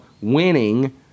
winning